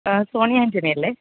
ആ സോണി ആൻ്റണി അല്ലേ